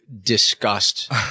disgust